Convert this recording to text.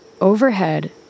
Overhead